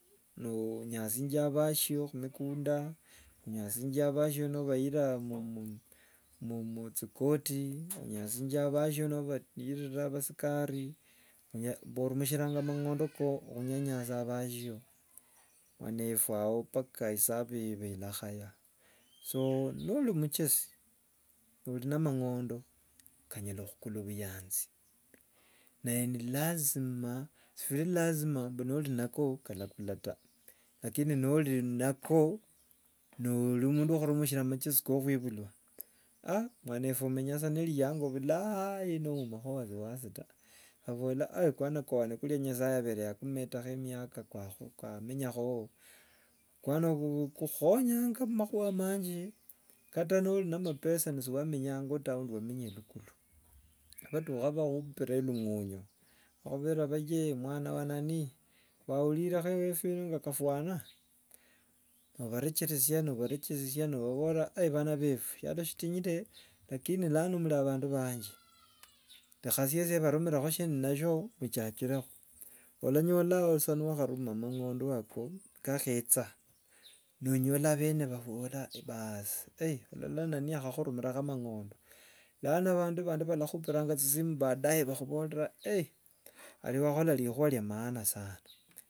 No- nyashinja basio khumikunda, onyashinja basio no- baira muchi- korti, onyashinja basio no- badiriria baskari. Orumishiranga amang'ondo ko khunyanyasa basio, mwanefu ao mpaka esabu eba inakhaya. Nori muchesi nori na amang'ondo, kanyala khukula obuyanzi. Naye ni lazima sibiri- lazima mbu nori nako kalakula ta! Lakini nori nako nori omundu wo- khutumishira machesi ko- khwibulwa mwanefu omenya sa ne- rianga bulai no- oumakho wasiwasi ta! Vavola kwana kwani kulyaa nyasaye yabere yakumetakho emiaka kwa- kwamenyakho- o okwano okwo kukhonyanga mumakhuwa manji. Kata nori na mapesa nisi- wamenyao angoo ta, aundi wamenya elukulu. Batukha bakhupire lungunya bakhuborera baye mwana wa nani waurirekho ewefu eno nga ka- fwana, no- obarecheresia no- obaborera bana befu sialo sitinyire lakini muri- abandu banje rekha siesi ndabarumirakho shindi nashyoo muchakirekho. Olanyola sa ni- wakharuma mang'ondo ako nikakhecha nonyola bene bakhuborera basi olola nani akhurumirekho mang'ondo, lano abandu bandi banakhupiranga chisimu baadaye bakhuborera, ori wakhola rikhuwa ria maana sana.